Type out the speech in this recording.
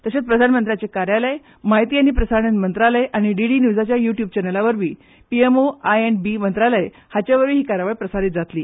तशेच प्रधानमंत्र्यांचे कार्यालय म्हायती आनी प्रसारण मंत्रालय आनी डीडी न्यूजाच्या युट्युब चॅनलावरवी P M O I and B मंत्रालय हाचेवरवीय ही कार्यावळ प्रसारित जातली